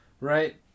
Right